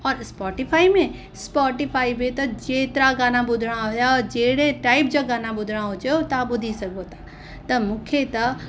और स्पॉटीफ़ाई में स्पॉटीफ़ाई में त जेतिरा गाना ॿुधिणा हुया जहिड़े टाइप जा गाना ॿुधणा हुजेव तव्हां ॿुधी सघो था त मूंखे त